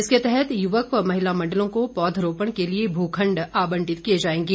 इसके तहत युवक व महिला मंडलों को पौधारोपण के लिए भूखंड आबंटित किए जाएंगे